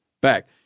back